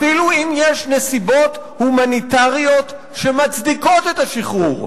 אפילו אם יש נסיבות הומניטריות שמצדיקות את השחרור,